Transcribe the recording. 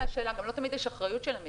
גם לא תמיד יש אחריות של המדינה.